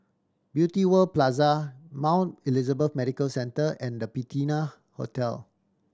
Beauty World Plaza Mount Elizabeth Medical Centre and The Patina Hotel